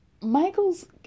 Michael's